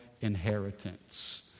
inheritance